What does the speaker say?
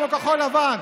כמו כחול לבן.